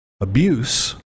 abuse